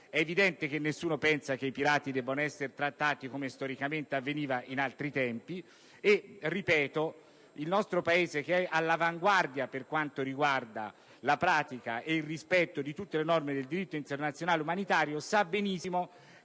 È evidente che nessuno pensa che i pirati debbano essere trattati come storicamente avveniva in altri tempi. Il nostro Paese, che è all'avanguardia per quanto riguarda la pratica e il rispetto delle norme di diritto internazionale umanitario, sa benissimo